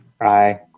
Aye